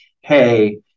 hey